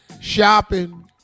shopping